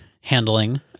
handling